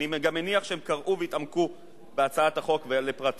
אני גם מניח שהם קראו והתעמקו בהצעת החוק לפרטיה.